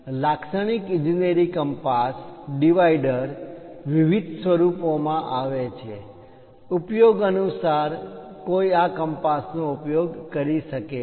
લાક્ષણિક ઇજનેરી compass divider વિવિધ સ્વરૂપોમાં આવે છે ઉપયોગ અનુસાર કોઈ આ કપાસનો ઉપયોગ કરી શકે છે